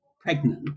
pregnant